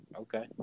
Okay